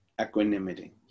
equanimity